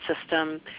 system